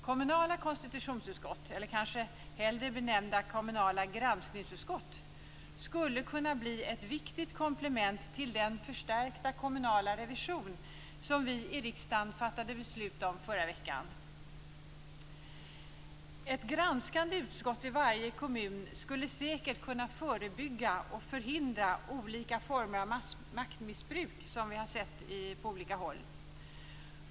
Kommunala konstitutionsutskott, kanske hellre benämnda kommunala granskningsutskott, skulle kunna bli ett viktigt komplement till den förstärkta kommunala revision som vi i riksdagen fattade beslut om förra veckan. Ett granskande utskott i varje kommun skulle säkert kunna förebygga och förhindra olika former av maktmissbruk, som vi sett på olika håll.